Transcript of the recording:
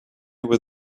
were